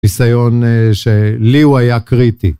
ניסיון שלי הוא היה קריטי.